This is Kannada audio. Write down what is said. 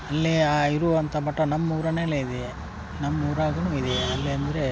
ಅಲ್ಲೇ ಆ ಇರುವಂಥ ಮಠ ನಮ್ಮೂರನಲಲ್ಲಿ ಇದೆ ನಮ್ಮೂರಾಗುನು ಇದೆ ಅಲ್ಲಿ ಅಂದರೆ